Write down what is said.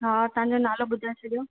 हा तव्हांजो नालो ॿुधाए छॾियो